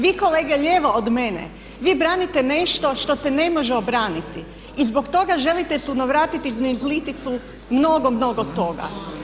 Vi kolege lijevo od mene, vi branite nešto što se ne može obraniti i zbog toga želite sunovratiti niz liticu mnogo, mnogo toga.